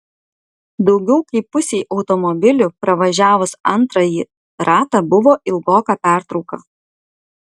daugiau kaip pusei automobilių pravažiavus antrąjį ratą buvo ilgoka pertrauka